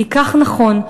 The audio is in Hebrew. כי כך נכון,